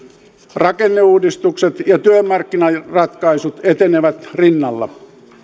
rakenneuudistukset ja työmarkkinaratkaisut etenevät rinnalla